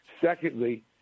Secondly